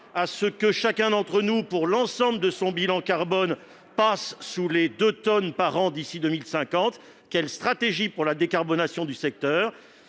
à ce que chacun d'entre nous, pour l'ensemble de son bilan carbone, passe sous les deux tonnes par an d'ici à 2050. Quelle est la stratégie pour la décarbonation du secteur ?